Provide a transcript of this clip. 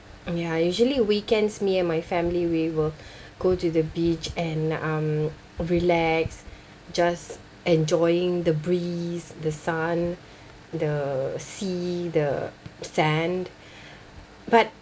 ya usually weekends me and my family we will go to the beach and um relax just enjoying the breeze the sun the sea the sand but